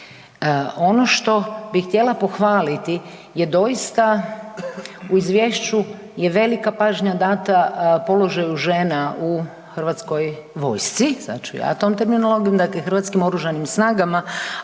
Ono što bi htjela pohvaliti je doista u izvješću je velika pažnja dana položaju žena u Hrvatskoj vojsci, dakle Hrvatskim oružanim snagama,